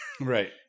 right